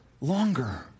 longer